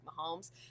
Mahomes